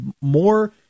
more